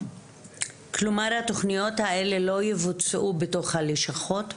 כלומר התכניות האלה לא יבוצעו בתוך הלשכות?